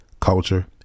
culture